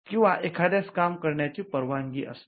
किंवा एखाद्यास काम करण्याची परवानगी असते